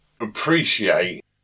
appreciate